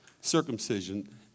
circumcision